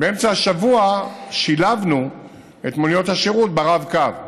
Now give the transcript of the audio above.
באמצע השבוע שילבנו את מוניות השירות ברב-קו.